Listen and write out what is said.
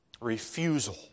Refusal